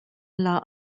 law